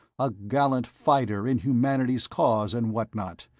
a gallant fighter in humanity's cause and what not.